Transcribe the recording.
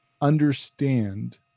understand